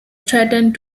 threatened